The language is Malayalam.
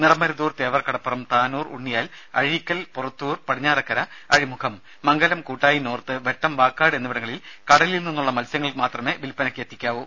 നിറമരുതൂർ തേവർക്കടപ്പുറം താനൂർ ഉണ്ണിയാൽ അഴീക്കൽ പുറത്തൂർ പടിഞ്ഞാറെക്കര അഴിമുഖം മംഗലം കൂട്ടായി നോർത്ത് വെട്ടം വാക്കാട് എന്നിവിടങ്ങളിൽ കടലിൽനിന്നുള്ള മത്സ്യങ്ങൾമാത്രമേ വിൽപ്പനക്ക് എത്തിക്കാവൂ